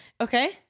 Okay